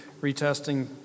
Retesting